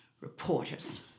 Reporters